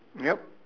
yup